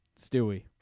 Stewie